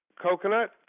coconut